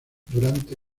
durante